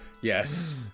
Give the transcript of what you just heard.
Yes